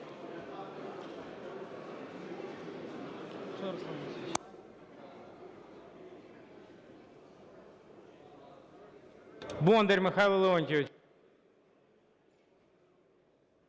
Бондар Михайло Леонтійович.